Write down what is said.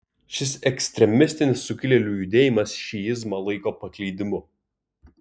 šis ekstremistinis sukilėlių judėjimas šiizmą laiko paklydimu